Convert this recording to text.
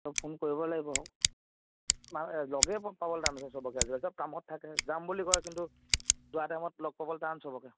phone কৰিব লাগিব লগেই পাবলৈ টান হৈছে সবকে আজিকালি সব কামত থাকে যাম বুলি কয় কিন্তু যোৱা টাইমত লগ পাবলৈ টান সবকে